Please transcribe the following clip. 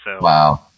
Wow